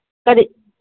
ꯀꯔꯤ